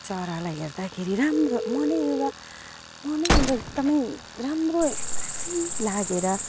त्यो चरालाई हेर्दाखेरि राम्रो मनै एउटा मनै एउटा एकदमै राम्रो खुसी लागेर